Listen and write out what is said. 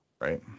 right